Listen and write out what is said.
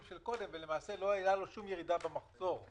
הקודמים ולמעשה לא הייתה לו שום ירידה במחזור.